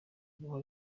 guha